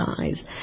eyes